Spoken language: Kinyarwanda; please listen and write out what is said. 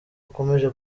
akomeje